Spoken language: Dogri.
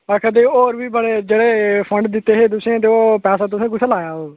आक्खा दे होर बी बड़े जेह्ड़े फंड दित्ते हे तुसें ते ओह् पैसा तुसें कुत्थें लाया ओह्